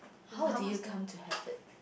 how did you come to have it